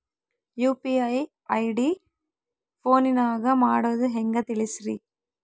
UPI ID ಫೋನಿನಾಗ ಮಾಡೋದು ಹೆಂಗ ತಿಳಿಸ್ರಿ?